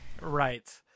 Right